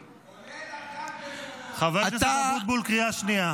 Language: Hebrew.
כולל --- חבר הכנסת אבוטבול, קריאה שנייה.